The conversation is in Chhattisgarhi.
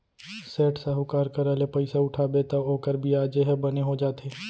सेठ, साहूकार करा ले पइसा उठाबे तौ ओकर बियाजे ह बने हो जाथे